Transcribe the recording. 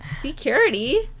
Security